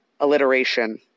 alliteration